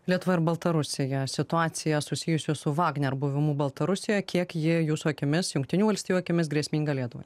lietuva ir baltarusija situacija susijusios su vagner buvimu baltarusijoj kiek ji jūsų akimis jungtinių valstijų akimis grėsminga lietuvai